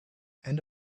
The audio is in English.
and